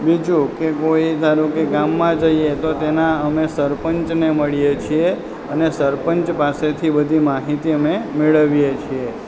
બીજું કે કોઈ ધારોકે ગામમાં જઈએ તો તેના અમે સરપંચને મળીએ છીએ અને સરપંચ પાસેથી બધી માહિતી અમે મેળવીએ છીએ